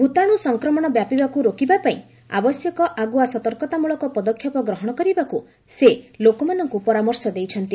ଭୂତାଣୁ ସଂକ୍ରମଣ ବ୍ୟାପିବାକୁ ରୋକିବା ପାଇଁ ଆବଶ୍ୟକ ଆଗୁଆ ସତର୍କତାମୃଳକ ପଦକ୍ଷେପ ଗ୍ରହଣ କରିବାକୁ ସେ ଲୋକମାନଙ୍କୁ ପରାମର୍ଶ ଦେଇଛନ୍ତି